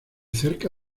cerca